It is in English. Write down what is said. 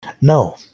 No